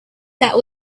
that